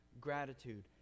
gratitude